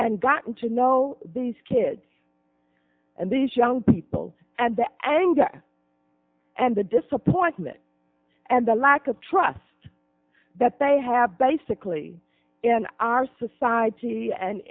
and gotten to know these kids and these young people and the anger and the disappointment and the lack of trust that they have basically in our society and